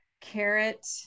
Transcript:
carrot